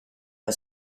her